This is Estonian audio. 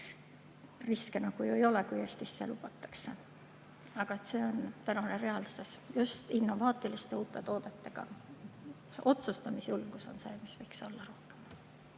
riske nagu ju ei ole, kui Eestisse lubatakse. Aga selline on tänane reaalsus just innovaatiliste uute toodetega. Otsustamisjulgus on see, mida võiks olla rohkem.